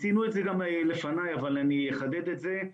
ציינו את זה לפניי אבל אני אחדד את זה,